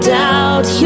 doubt